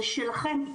זה שלכם,